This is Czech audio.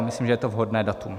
Myslím, že je to vhodné datum.